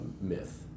myth